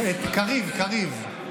איפה קריב, קריב?